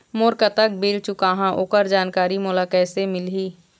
मोर कतक बिल चुकाहां ओकर जानकारी मोला कैसे मिलही?